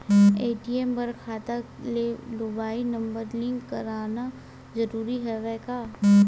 ATM बर खाता ले मुबाइल नम्बर लिंक करवाना ज़रूरी हवय का?